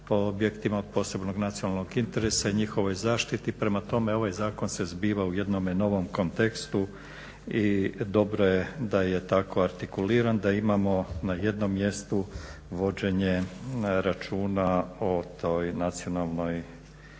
o objektima od posebnog nacionalnog interesa i njihovoj zaštiti. Prema tome, ovaj zakon se zbiva u jednome novom kontekstu i dobro je da je tako artikuliran da imamo na jednom mjestu vođenje računa o toj nacionalnoj